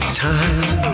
time